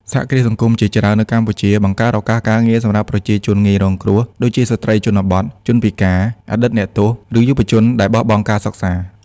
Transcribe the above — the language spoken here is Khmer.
សហគ្រាសសង្គមជាច្រើននៅកម្ពុជា បង្កើតឱកាសការងារសម្រាប់ប្រជាជនងាយរងគ្រោះ ដូចជាស្ត្រីជនបទ ជនពិការ អតីតអ្នកទោស ឬយុវជនដែលបោះបង់ការសិក្សា។